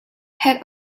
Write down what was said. had